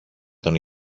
τον